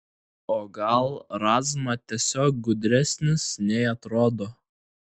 o gal razma tiesiog gudresnis nei atrodo